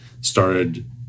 started